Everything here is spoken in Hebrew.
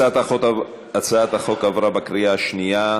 הצעת החוק עברה בקריאה שנייה.